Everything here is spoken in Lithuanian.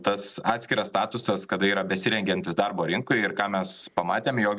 tas atskiras statusas kada yra besirengiantys darbo rinkoj ir ką mes pamatėm jog